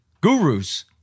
gurus